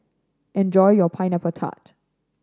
enjoy your Pineapple Tart